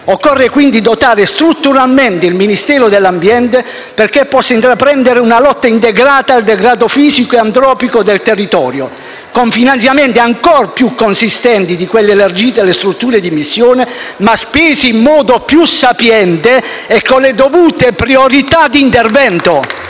Occorre quindi dotare strutturalmente il Ministero dell'ambiente perché possa intraprendere una lotta integrata al degrado fisico e antropico del territorio, con finanziamenti ancor più consistenti di quelli elargiti alle strutture di missione, ma spesi in modo più sapiente e con le dovute priorità d'intervento.